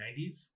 1990s